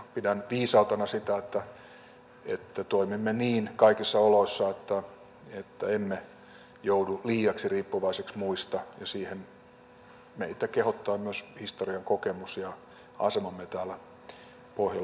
pidän viisautena sitä että toimimme niin kaikissa oloissa että emme joudu liiaksi riippuvaisiksi muista ja siihen meitä kehottaa myös historian kokemus ja asemamme täällä pohjolan perukalla